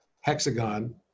hexagon